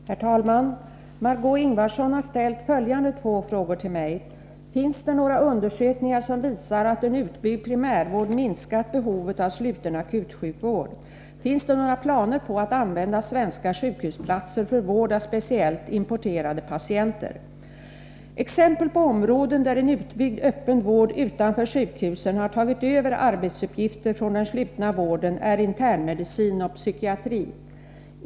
Herr talman! Exempel på områden där en utbyggd öppen vård utanför sjukhusen har tagit över arbetsuppgifter från den slutna vården är internmedicin och psykiatri.